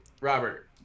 robert